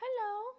hello